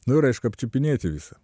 nu ir aišku apčiupinėti visa